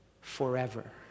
forever